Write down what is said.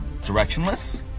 directionless